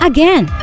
Again